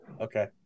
Okay